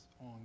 on